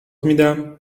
میدمهر